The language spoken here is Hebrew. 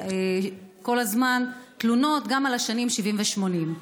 כל הזמן, תלונות גם על שנות ה-70 וה-80.